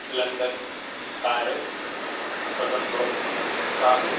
London Paris Colombo Kabul